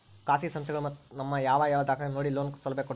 ಖಾಸಗಿ ಸಂಸ್ಥೆಗಳು ನಮ್ಮ ಯಾವ ಯಾವ ದಾಖಲೆಗಳನ್ನು ನೋಡಿ ಲೋನ್ ಸೌಲಭ್ಯ ಕೊಡ್ತಾರೆ?